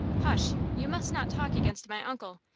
hush! you must not talk against my uncle.